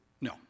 No